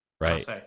right